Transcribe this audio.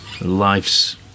life's